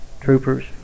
troopers